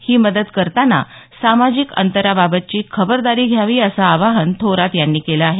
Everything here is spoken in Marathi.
ही मदत करताना सामाजिक अंतराबाबतची खबरदारी घ्यावी असं आवाहन थोरात यांनी केलं आहे